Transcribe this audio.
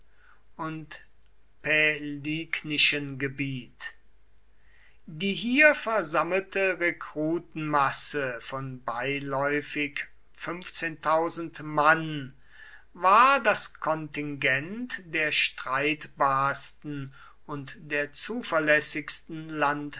und pälignischen gebiet die hier versammelte rekrutenmasse von beiläufig mann war das kontingent der streitbarsten und der zuverlässigsten